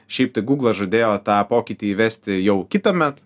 šiaip tai gūglas žadėjo tą pokytį įvesti jau kitąmet